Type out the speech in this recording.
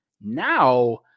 Now